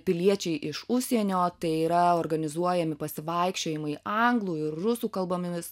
piliečiai iš užsienio tai yra organizuojami pasivaikščiojimai anglų ir rusų kalbomis